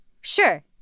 Sure